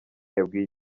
yabwiye